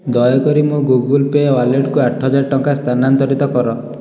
ଦୟାକରି ମୋ Google Pay ୱାଲେଟ୍କୁ ଆଠ ହଜାର ଟଙ୍କା ସ୍ଥାନାନ୍ତରିତ କର